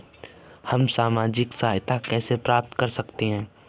हम सामाजिक सहायता कैसे प्राप्त कर सकते हैं?